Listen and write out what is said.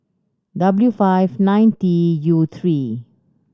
W five nine T U three